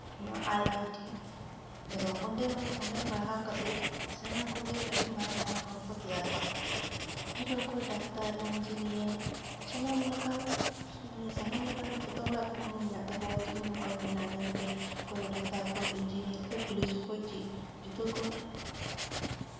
ᱱᱚᱣᱟ I I T ᱨᱮᱫᱚ ᱚᱸᱰᱮ ᱢᱟᱱᱮ ᱚᱸᱰᱮ ᱯᱟᱲᱦᱟᱣ ᱠᱟᱛᱮᱜ ᱥᱟᱱᱟᱢ ᱠᱚᱜᱮ ᱟᱹᱰᱤ ᱢᱟᱨᱟᱝ ᱢᱟᱨᱟᱝ ᱦᱚᱲᱠᱚ ᱛᱮᱭᱟᱨᱚᱜᱼᱟ ᱡᱮᱢᱚᱱ ᱚᱠᱚᱭ ᱰᱟᱠᱛᱟᱨ ᱤᱧᱡᱤᱱᱤᱭᱟᱨ ᱥᱟᱱᱟᱢ ᱞᱮᱠᱟᱱ ᱡᱚᱛᱚ ᱦᱚᱲᱟᱜ ᱠᱩᱠᱢᱩ ᱢᱮᱱᱟᱜ ᱛᱟᱠᱚᱣᱟ ᱤᱧ ᱱᱚᱝᱠᱟᱧ ᱵᱮᱱᱟᱜᱼᱟ ᱢᱮᱱᱛᱮ ᱚᱠᱚᱭ ᱫᱚ ᱰᱟᱠᱛᱟᱨ ᱚᱠᱚᱭ ᱫᱚ ᱤᱧᱡᱤᱱᱤᱭᱟᱨ ᱚᱠᱚᱭ ᱯᱩᱞᱤᱥ ᱚᱠᱚᱭ ᱪᱮᱫ ᱡᱚᱛᱚ ᱠᱚ